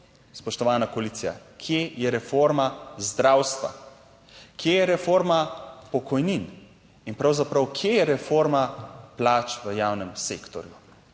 spoštovana koalicija? Kje je reforma zdravstva? Kje je reforma pokojnin? In pravzaprav, kje je reforma plač v javnem sektorju?